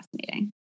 fascinating